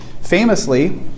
Famously